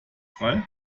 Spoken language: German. frei